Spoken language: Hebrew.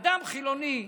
אדם חילוני,